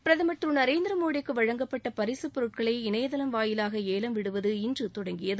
பிரதமா் திரு நரேந்திரமோடிக்கு வழங்கப்பட்ட பரிசுப் பொருட்களை இணையதளம் வாயிலாக ஏலம் விடுவது இன்று தொடங்கியது